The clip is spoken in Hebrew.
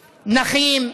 נכים,